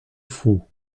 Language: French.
faux